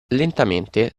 lentamente